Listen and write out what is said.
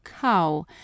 cow